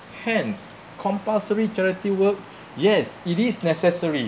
hence compulsory charity work yes it is necessary